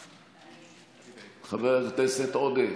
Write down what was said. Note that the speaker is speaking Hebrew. מתחייב חבר הכנסת עודה,